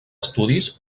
estudis